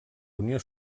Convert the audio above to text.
unió